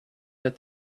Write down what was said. that